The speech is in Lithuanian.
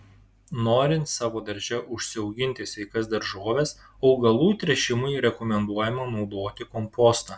norint savo darže užsiauginti sveikas daržoves augalų tręšimui rekomenduojama naudoti kompostą